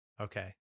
okay